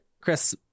Chris